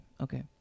Okay